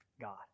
God